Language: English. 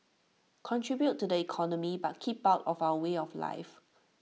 contribute to the economy but keep out of our way of life